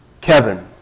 Kevin